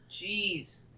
Jeez